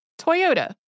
Toyota